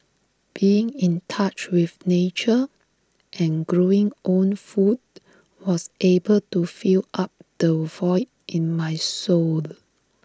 being in touch with nature and growing own food was able to fill up the void in my soul